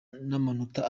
n’amanota